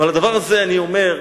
ועל הדבר הזה אני אומר,